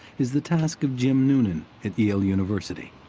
is the task of jim noonan, at yale university.